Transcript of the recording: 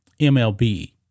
MLB